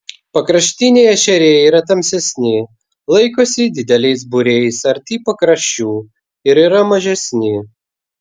pakraštiniai ešeriai yra tamsesni laikosi dideliais būriais arti pakraščių ir yra mažesni